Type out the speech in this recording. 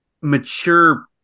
mature